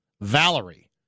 Valerie